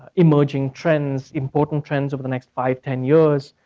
emerging trends, important trends over the next five ten years.